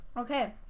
okay